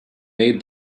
made